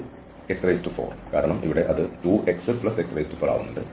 y2x4 കാരണം ഇവിടെ അത് 2xx4 ആവുന്നുണ്ട്